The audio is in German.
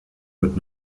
wird